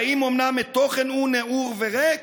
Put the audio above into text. האם אומנם מתוכן הוא נעור וריק?